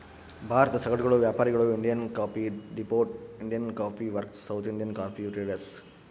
ಭಾರತದ ಸಗಟು ವ್ಯಾಪಾರಿಗಳು Indian coffee depot, Indian coffee works, South Indian coffee traders